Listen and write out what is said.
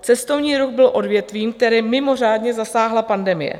Cestovní ruch byl odvětvím, které mimořádně zasáhla pandemie.